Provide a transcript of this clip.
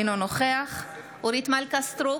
אינו נוכח אורית מלכה סטרוק,